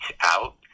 out